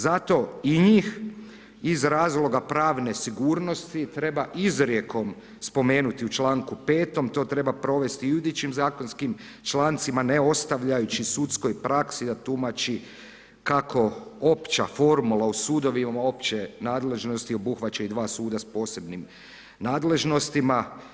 Zato i njih iz razloga pravne sigurnosti treba izrijekom spomenuti u čl. 5. To treba provesti i u idućim zakonskim člancima, ne ostavljajući sudskoj praksi da tumači kako opća formula u sudovima opće nadležnosti obuhvaća i dva suda s posebnim nadležnosti.